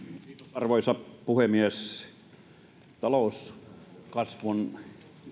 arvoisa puhemies talouskasvun